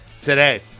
today